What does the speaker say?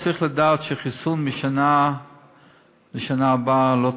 צריך לדעת שחיסון משנה לשנה הבאה לא תקף,